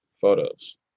photos